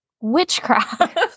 witchcraft